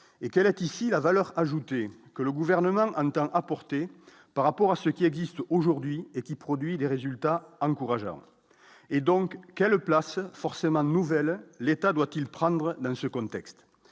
et qu'elle est ici la valeur ajoutée que le gouvernement entend apporter par rapport à ce qui existe aujourd'hui et qui produit des résultats encourageants et donc quelle place forcément nouvelles, l'État doit-il prendre dans ce contexte,